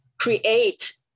create